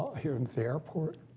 here in the airport.